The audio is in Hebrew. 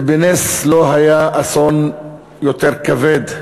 בנס לא היה אסון יותר כבד.